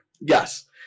Yes